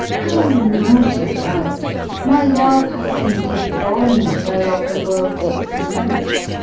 go not about my love hath in't a bond whereof the world takes note.